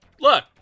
Look